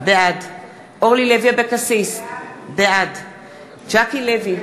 בעד אורלי לוי אבקסיס, בעד ז'קי לוי,